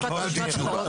קיבלתי תשובה.